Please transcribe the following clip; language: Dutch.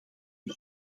het